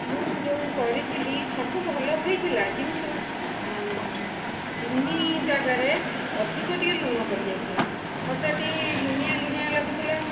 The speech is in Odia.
ମୁଁ ଯେଉଁ କରିଥିଲି ସବୁ ଭଲ ହୋଇଥିଲା କିନ୍ତୁ ଚିନି ଯାଗାରେ ଅଧିକ ଟିକେ ଲୁଣ ପଡ଼ିଯାଇଥିଲା ଖଟାଟି ଲୁଣିଆ ଲୁଣିଆ ଲାଗୁଥିଲା